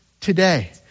today